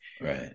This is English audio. Right